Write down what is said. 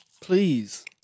please